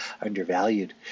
undervalued